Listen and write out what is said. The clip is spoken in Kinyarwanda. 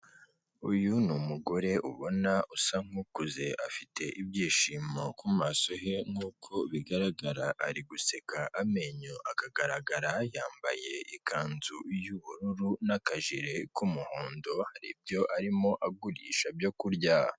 Uyu ni umugore ubona usa nk'ukuze, afite ibyishimo ku maso he nk'uko bigaragara ari guseka amenyo akagaragara, yambaye ikanzu y'ubururu n'akajere k'umuhondo, hari ibyo arimo agurisha byo kurya.